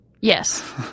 Yes